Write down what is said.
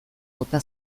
bota